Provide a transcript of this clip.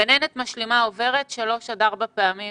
גננת משלימה עוברת שלוש עד ארבע פעמים